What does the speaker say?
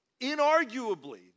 inarguably